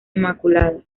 inmaculada